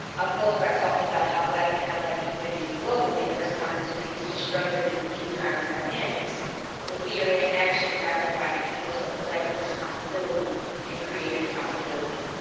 i'll close by talking about how black and allied communities globally have responded to these destructive and dehumanizing dynamics with theory and action guided by an ethos of collective responsibility and creative possibility.